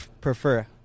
prefer